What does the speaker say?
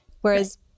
Whereas